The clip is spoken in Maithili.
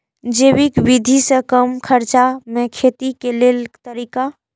जैविक विधि से कम खर्चा में खेती के लेल तरीका?